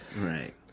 Right